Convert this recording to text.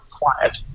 quiet